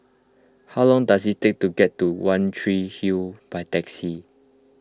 how long does it take to get to one Tree Hill by taxi